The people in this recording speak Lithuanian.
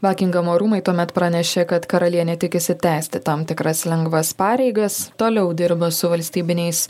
bakingamo rūmai tuomet pranešė kad karalienė tikisi tęsti tam tikras lengvas pareigas toliau dirba su valstybiniais